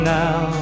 now